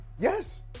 Yes